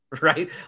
right